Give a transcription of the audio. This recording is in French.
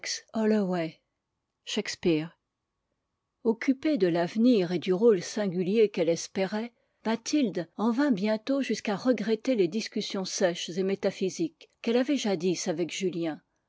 away shakespeare occupée de l'avenir et du rôle singulier qu'elle espérait mathilde en vint bientôt jusqu'à regretter les discussions sèches et métaphysiques quelle avait jadis avec julien